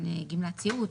גמלת סיעוד,